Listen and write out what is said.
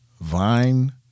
vine